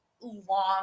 long